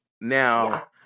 Now